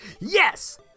Yes